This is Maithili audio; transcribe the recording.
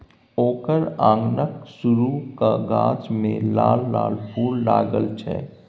ओकर अंगनाक सुरू क गाछ मे लाल लाल फूल लागल छै